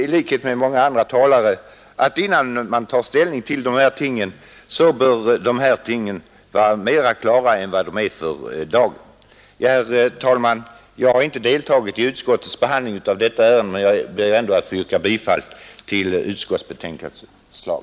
I likhet med många andra talare tycker jag att innan vi tar ställning bör dessa frågor vara klarare än de är för dagen. Herr talman! Jag har inte deltagit i utskottets behandling av detta ärende men ber ändå att få yrka bifall till utskottets hemställan.